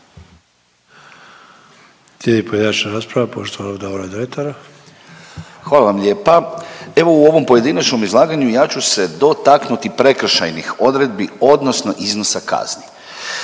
Hvala vam lijepa. Evo u ovom pojedinačnom izlaganju ja ću se dotaknuti prekršajnih odredbi odnosno iznosa kazni.